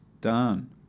Done